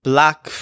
Black